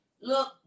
Look